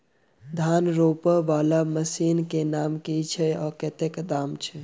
धान रोपा वला मशीन केँ नाम की छैय आ कतेक दाम छैय?